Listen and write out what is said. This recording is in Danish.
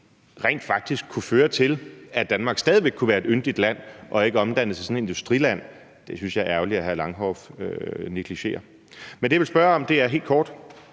rent faktisk kunne føre til, at Danmark stadig væk kunne være et yndigt land og ikke blive omdannet til et industriland, og jeg synes, det er ærgerligt, at hr. Rasmus Horn Langhoff negligerer det. Men det, jeg vil spørge om, er helt kort: